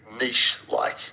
niche-like